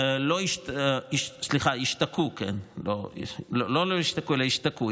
לא, סליחה, השתקעו, לא לא השתקעו אלא השתקעו.